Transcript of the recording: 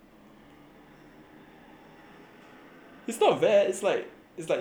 it's not bad it's like news kind of news